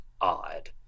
odd